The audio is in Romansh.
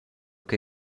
che